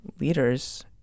leaders